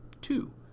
Two